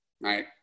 right